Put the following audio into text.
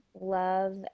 love